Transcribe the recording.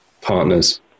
partners